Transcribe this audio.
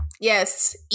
Yes